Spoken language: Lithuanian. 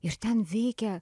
ir ten veikia